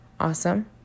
awesome